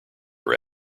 are